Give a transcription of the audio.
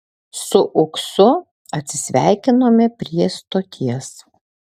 su uksu atsisveikinome prie stoties